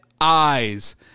eyes